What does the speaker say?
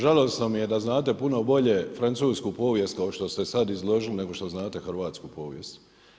Žalosno mi je da znate puno bolje francusku povijest kao što ste sad izložili nego što znate hrvatsku povijest.